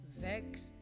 Vexed